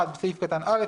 (1) בסעיף קטן (א),